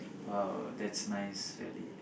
!wow! that's nice really